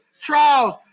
trials